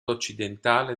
occidentale